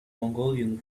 mongolian